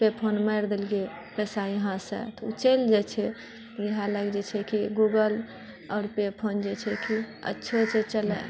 पे phone मारि देलके पैसा यहाँसँ तऽ ओ चलि जाइ छै इएह लए कऽ जे छै कि गूगल आओर पे फोन जे छै कि अच्छो छै चलाइ